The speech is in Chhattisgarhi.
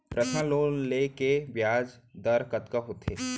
पर्सनल लोन ले के ब्याज दर कतका होथे?